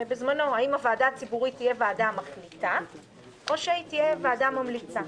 האם הוועדה הציבורית תהיה ועדה מחליטה או שהיא תהיה ועדה ממליצה.